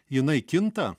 jinai kinta